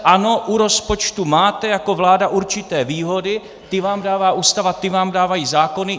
Ano, u rozpočtu máte jako vláda určité výhody, ty vám dává Ústava, ty vám dávají zákony.